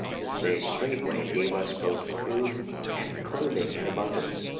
since they straightway gave us both food and clothing in abundance,